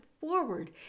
forward